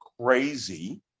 crazy